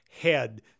head